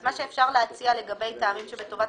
מה שאפשר להציע לגבי טעמים שבטובת